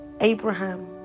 Abraham